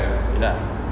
ya lah